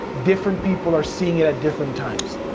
different people are seeing it at different times.